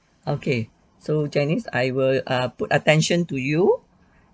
okay so janice I will uh put attention to you